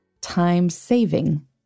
time-saving